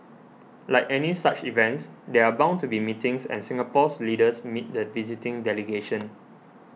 like any such events there are bound to be meetings and Singapore's leaders met the visiting delegation